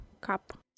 cup